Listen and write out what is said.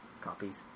copies